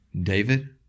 David